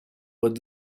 where